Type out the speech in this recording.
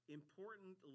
important